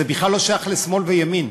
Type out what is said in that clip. זה בכלל לא שייך לשמאל וימין,